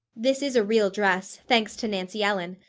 this is a real dress, thanks to nancy ellen.